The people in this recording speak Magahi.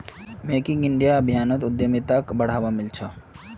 मेक इन इंडिया अभियानोत उद्यमिताक बहुत बढ़ावा मिल छ